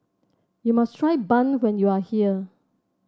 you must try bun when you are here